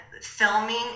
filming